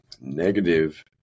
Negative